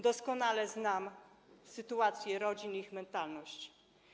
Doskonale znam sytuację rodzin i ich mentalność.